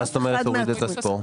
מה זאת אומרת נוריד את הספורט?